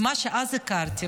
ומה שאז הכרתי,